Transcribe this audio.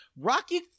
Rocky